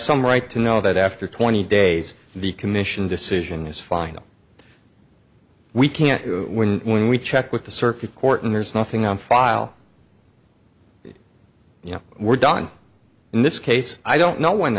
some right to know that after twenty days the commission decision is final we can't win when we checked with the circuit court and there's nothing on file you know we're done in this case i don't know when